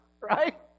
Right